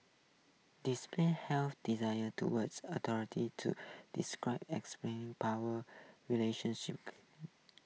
display healthy designer towards authority to describle power relations